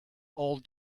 all